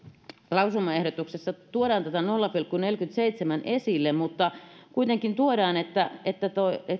lausumaehdotuksessa todella tuodaan tämä nolla pilkku neljällekymmenelleseitsemälle esille mutta kuitenkin tuodaan esille että